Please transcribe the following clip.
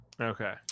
Okay